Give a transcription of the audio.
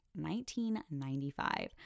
1995